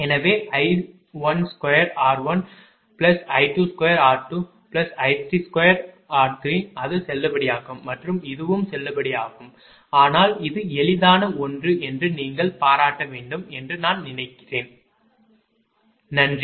எனவே I12r1I22r2I32r3 அது செல்லுபடியாகும் மற்றும் இதுவும் செல்லுபடியாகும் ஆனால் இது எளிதான ஒன்று என்று நீங்கள் பாராட்ட வேண்டும் என்று நான் நினைக்கிறேன்